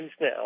now